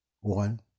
one